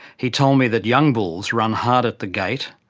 he told me that young bulls run hard at the gate,